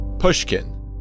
Pushkin